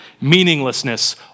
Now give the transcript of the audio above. meaninglessness